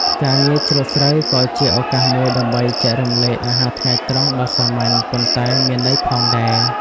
ការងារច្រូតស្រូវក៏ជាឱកាសមួយដើម្បីចែករំលែកអាហារថ្ងៃត្រង់ដ៏សាមញ្ញប៉ុន្តែមានន័យផងដែរ។